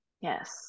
Yes